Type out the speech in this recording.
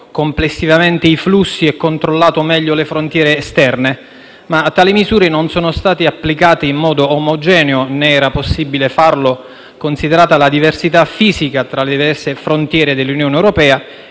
complessivamente i flussi e controllato meglio le frontiere esterne, ma tali misure non sono state applicate in modo omogeneo, né era possibile farlo, considerata la diversità fisica tra le diverse frontiere dell'Unione europea,